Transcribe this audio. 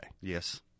Yes